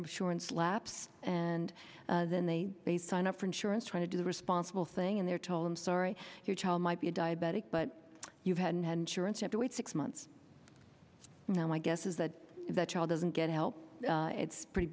insurance lapse and then they may sign up for insurance trying to do the responsible thing and they're told i'm sorry your child might be a diabetic but you hadn't and surance have to wait six months now my guess is that that child doesn't get help it's pretty